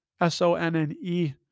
S-O-N-N-E